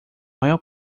maior